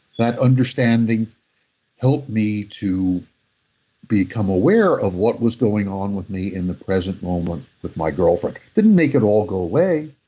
that understanding helped me to become aware of what was going on with me in the present moment with my girlfriend. it didn't make it all go away.